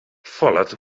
follett